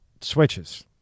switches